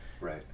Right